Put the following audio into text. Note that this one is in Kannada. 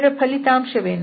ಇದರ ಫಲಿತಾಂಶವೇನು